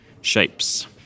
shapes